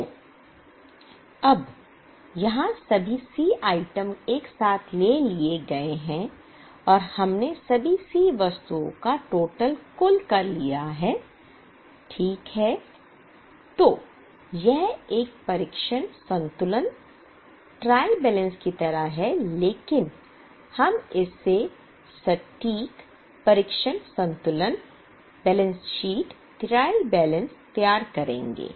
तो अब यहाँ सभी C आइटम एक साथ ले लिए गए हैं और हमने सभी C वस्तुओं का टोटल तैयार करेंगे